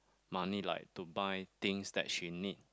money like to buy things that she need